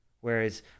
Whereas